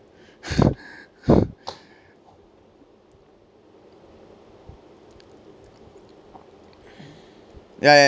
ya ya